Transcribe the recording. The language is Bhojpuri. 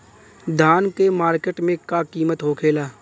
धान क मार्केट में का कीमत होखेला?